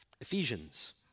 Ephesians